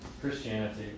Christianity